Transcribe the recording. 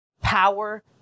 power